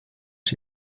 are